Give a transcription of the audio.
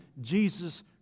Jesus